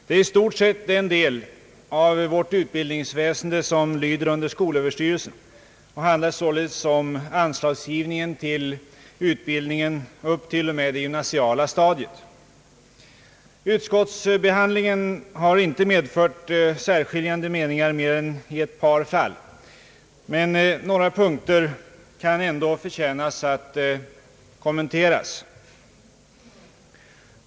Det är i stort sett den del av vårt utbildningsväsende som lyder under skolöverstyrelsen, och det handlar således här om anslagsgivningen till utbildningen upp till det gymnasiala stadiet. Utskottsbehandlingen har inte medfört särskiljande meningar mer än i ett par fall, men några punkter kan ändå förtjäna att kommenteras.